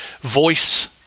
voice